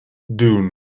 dune